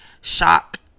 shock